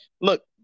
look